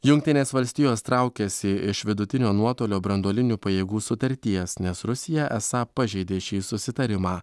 jungtinės valstijos traukiasi iš vidutinio nuotolio branduolinių pajėgų sutarties nes rusija esą pažeidė šį susitarimą